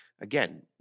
again